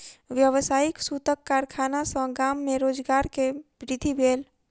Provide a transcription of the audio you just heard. व्यावसायिक सूतक कारखाना सॅ गाम में रोजगार के वृद्धि भेल